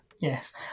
Yes